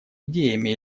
идеями